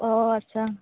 ᱳᱻ ᱟᱪᱪᱷᱟ